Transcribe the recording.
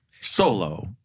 Solo